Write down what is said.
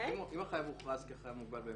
--- אם החייב הוכרז כחייב מוגבל באמצעים,